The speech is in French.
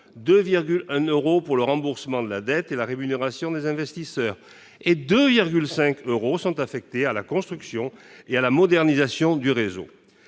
2,1 euros au remboursement de la dette et à la rémunération des investisseurs et, enfin, 2,5 euros à la construction et à la modernisation du réseau.